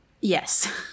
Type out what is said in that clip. Yes